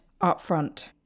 upfront